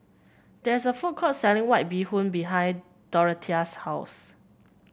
there is a food court selling White Bee Hoon behind Dorothea's house